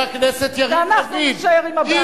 חבר הכנסת יריב לוין,